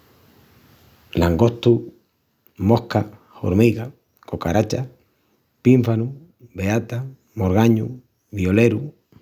Langostu, mosca, hormiga, cocaracha, pínfanu, beata, morgañu, violeru.